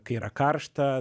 kai yra karšta